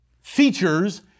features